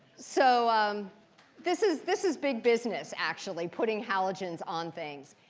so um this is this is big business, actually, putting halogens on things.